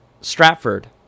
Stratford